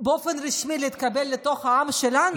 ובאופן רשמי להתקבל לתוך העם שלנו,